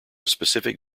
specific